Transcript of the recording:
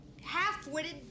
half-witted